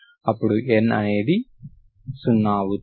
అప్పుడు N అనేది 0 అవుతుంది